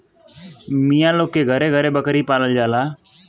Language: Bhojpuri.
मिया लोग के घरे घरे बकरी पालल जाला